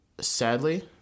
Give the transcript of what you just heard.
sadly